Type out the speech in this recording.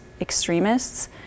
extremists